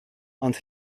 ond